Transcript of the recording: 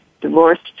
divorced